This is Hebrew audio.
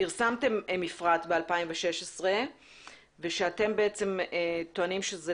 פרסמתם מפרט ב-2016 ושאתם טוענים שזה